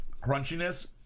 Crunchiness